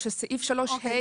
או שסעיף 3(ה) --- אוקיי,